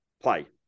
play